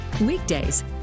weekdays